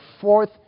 fourth